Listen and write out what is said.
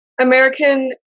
American